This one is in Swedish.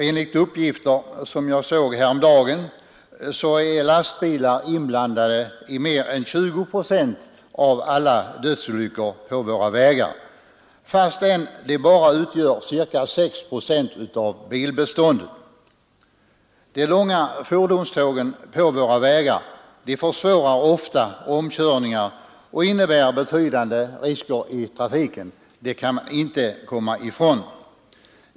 Enligt uppgifter som jag såg häromdagen är lastbilar inblandade i mer än 20 procent av alla dödsolyckor på våra vägar, trots att lastbilarna utgör bara 6 procent av bilbeståndet. De långa fordonstågen på våra vägar försvårar ofta omkörningar och innebär betydande risker i trafiken. Det kan man inte komma ifrån.